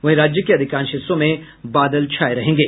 वहीं राज्य के अधिकांश हिस्सों में बादल छाये रहेंगे